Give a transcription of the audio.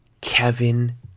Kevin